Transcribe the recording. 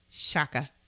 Shaka